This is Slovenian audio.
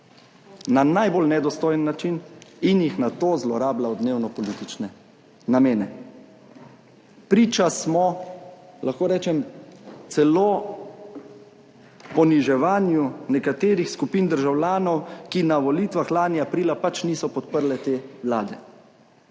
na najbolj nedostojen način in jih nato zlorablja v dnevno politične namene. Priča smo, lahko rečem, celo poniževanju nekaterih skupin državljanov, ki na volitvah lani aprila pač niso podprle te vlade.